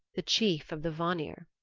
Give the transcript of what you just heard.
the chief of the vanir.